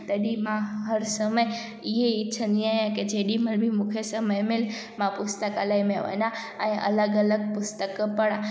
तॾहिं मां हर समय इहे इछंदी आहियां की जेॾी महिल बि मूंखे समय मिले मां पुस्तकालय में वञा ऐं अलॻि अलॻि पुस्तक पढ़ां